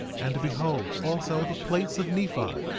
and behold, also the plates of nephi,